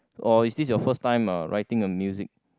or is this your first time uh writing a music